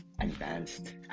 advanced